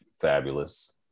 fabulous